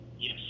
Yes